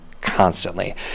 constantly